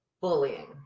bullying